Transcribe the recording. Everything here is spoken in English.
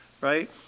right